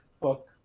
book